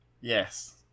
Yes